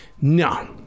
No